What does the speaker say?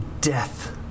death